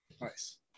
Nice